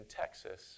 Texas